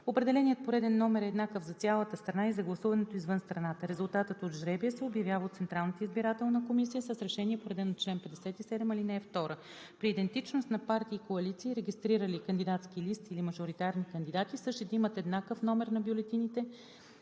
Определеният пореден номер е еднакъв за цялата страна и за гласуването извън страната. Резултатът от жребия се обявява от Централната избирателна комисия с решение по реда на чл. 57, ал. 2. При идентичност на партии и коалиции, регистрирали кандидатски листи или мажоритарни кандидати, същите имат еднакъв номер на бюлетините